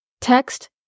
Text